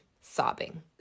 sobbing